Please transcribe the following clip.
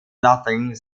nothing